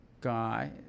guy